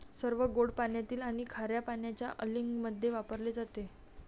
सर्व गोड पाण्यातील आणि खार्या पाण्याच्या अँलिंगमध्ये वापरले जातात